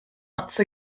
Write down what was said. once